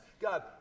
God